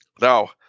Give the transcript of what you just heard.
Now